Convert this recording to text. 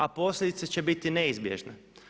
A posljedice će biti neizbježne.